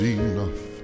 enough